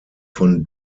von